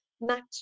match